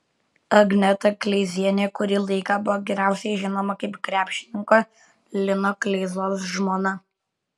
agneta kleizienė kurį laiką buvo geriausiai žinoma kaip krepšininko lino kleizos žmona